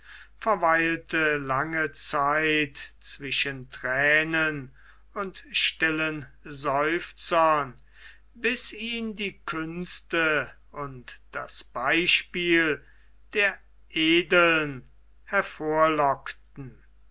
verweilte lange zeit zwischen thränen und stillen seufzern bis ihn die künste und das beispiel der edeln